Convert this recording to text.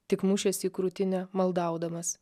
tik mušėsi į krūtinę maldaudamas